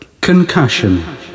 concussion